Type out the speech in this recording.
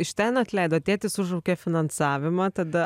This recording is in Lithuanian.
iš ten atleido tėtis užraukė finansavimą tada